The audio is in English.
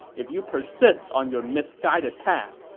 if you persist on your misguided path,